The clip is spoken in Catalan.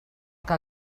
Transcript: que